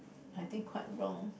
I think quite wrong